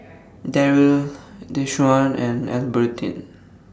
Darryll Deshaun and Albertine